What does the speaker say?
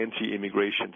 anti-immigration